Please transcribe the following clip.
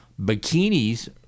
bikinis